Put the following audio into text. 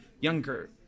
younger